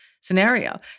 scenario